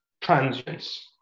transients